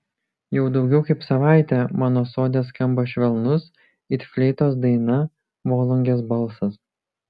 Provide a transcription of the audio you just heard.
jau daugiau kaip savaitė mano sode skamba švelnus it fleitos daina volungės balsas